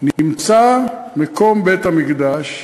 נמצא מקום בית-המקדש,